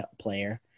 player